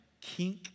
kink